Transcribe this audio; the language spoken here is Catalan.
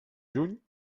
juny